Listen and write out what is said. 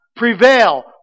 Prevail